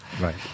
Right